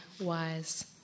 wise